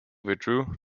withdrew